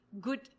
Good